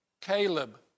Caleb